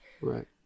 Right